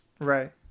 Right